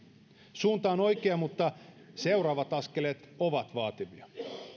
suunta on oikea mutta seuraavat askeleet ovat vaativia